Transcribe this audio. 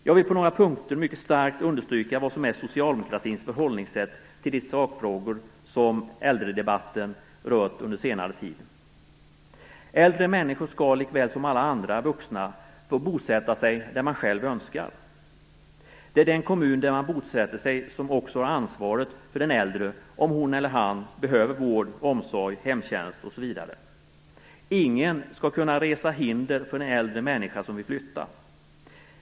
Jag vill på några punkter mycket starkt understryka vad som är socialdemokratins förhållningssätt till de sakfrågor som äldredebatten rört under senare tid. Äldre människor skall lika väl som alla andra vuxna få bosätta sig där de själva önskar. Det är den kommun där hon eller han bosätter sig som har ansvaret för den äldre om hon eller han behöver vård, omsorg, hemtjänst, osv. Ingen skall kunna resa hinder för en äldre människa som vill flytta.